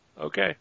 Okay